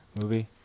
movie